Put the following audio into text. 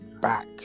back